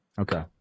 Okay